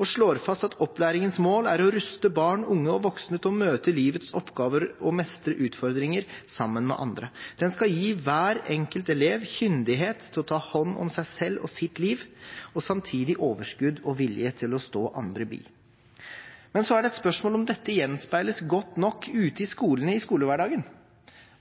og slår fast: «Opplæringens mål er å ruste barn, unge og voksne til å møte livets oppgaver og mestre utfordringer sammen med andre. Den skal gi hver elev kyndighet til å ta hånd om seg selv og sitt liv, og samtidig overskudd og vilje til å stå andre bi.» Så er det et spørsmål om dette gjenspeiles godt nok ute i skolen i skolehverdagen.